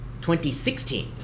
2016